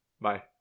Bye